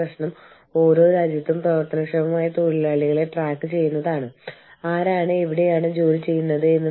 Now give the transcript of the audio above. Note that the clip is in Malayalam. നമ്മൾ സംസാരിക്കുന്നത് വിവിധ രാജ്യങ്ങളിലെ പൌരന്മാരിൽ നയപരമായ തീരുമാനങ്ങൾ ഉണ്ടാക്കുന്ന സ്വാധീനത്തെക്കുറിച്ചാണ്